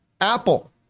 Apple